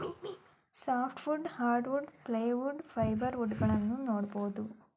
soft wood, hard wood, plywood, fibre wood ಗಳನ್ನೂ ನೋಡ್ಬೋದು